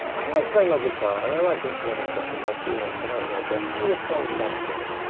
i like playing my guitar and i like instrumental stuff and i do one tonight you know, but to me a song is about a singer.